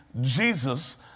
Jesus